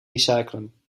recycleren